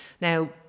Now